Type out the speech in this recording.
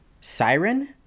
Siren